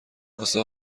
واسه